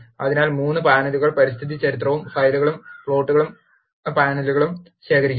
അതിനാൽ 3 പാനലുകൾ പരിസ്ഥിതി ചരിത്രവും ഫയലുകളും പ്ലോട്ടുകൾ പാനലുകളും ശേഖരിക്കുന്നു